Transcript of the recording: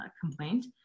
complaint